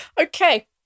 Okay